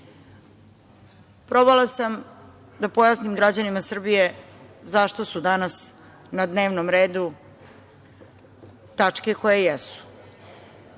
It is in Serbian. Probala sam da pojasnim građanima Srbije zašto su danas na dnevnom redu tačke koje jesu.